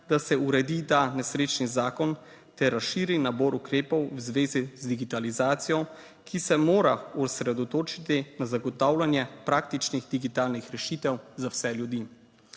da se uredi ta nesrečni zakon ter razširi nabor ukrepov v zvezi z digitalizacijo, ki se mora osredotočiti na zagotavljanje praktičnih digitalnih rešitev za vse ljudi.